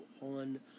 on